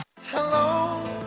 Hello